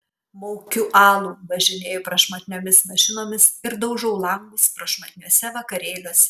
maukiu alų važinėju prašmatniomis mašinomis ir daužau langus prašmatniuose vakarėliuose